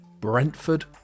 Brentford